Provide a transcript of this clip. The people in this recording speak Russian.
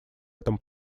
этом